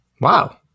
Wow